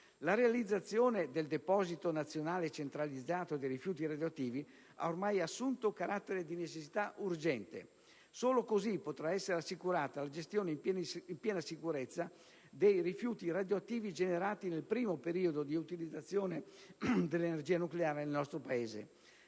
La realizzazione del deposito nazionale centralizzato dei rifiuti radioattivi ha ormai assunto carattere di necessità urgente. Solo così potrà essere assicurata la gestione in piena sicurezza dei rifiuti radioattivi generati nel primo periodo di utilizzazione dell'energia nucleare nel nostro Paese.